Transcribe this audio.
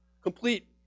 complete